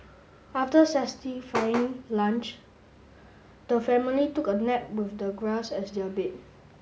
after lunch the family took a nap with the grass as their bed